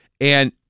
and-